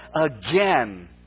again